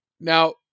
Now